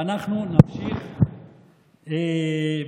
ואנחנו נמשיך בדיון.